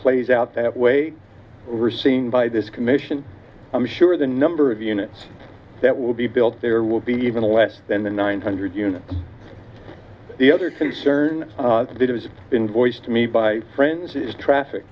plays out that way overseen by this commission i'm sure the number of units that will be built there will be even less than the nine hundred units the other concern that has been voiced to me by friends is traffic